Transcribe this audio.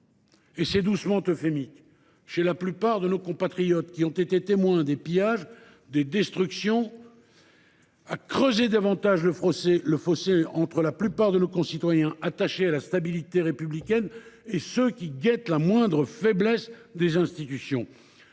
– c’est un doux euphémisme – chez la plupart de nos compatriotes qui ont été témoins des pillages et des destructions. Elle creuserait davantage le fossé entre la plupart de nos concitoyens, qui sont attachés à la stabilité républicaine, et ceux qui guettent la moindre faiblesse des institutions.